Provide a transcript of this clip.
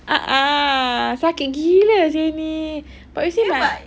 a'ah sakit gila seh ini but you see my